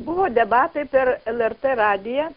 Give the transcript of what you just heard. buvo debatai per lrt radiją